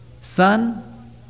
Son